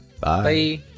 bye